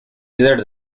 líder